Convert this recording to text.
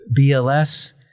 BLS